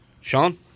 Sean